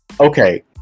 okay